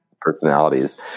personalities